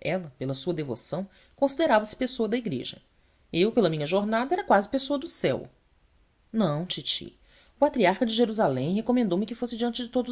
ela pela sua devoção considerava-se pessoa de igreja eu pela minha jornada era quase pessoa do céu não titi o patriarca de jerusalém recomendou me que fosse diante de todos